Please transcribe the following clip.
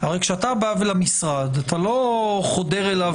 הרי כשאתה בא למשרד אתה לא חודר אליו